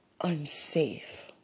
unsafe